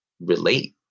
relate